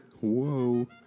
whoa